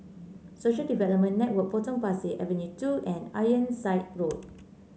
Social Development Network Potong Pasir Avenue two and Ironside Road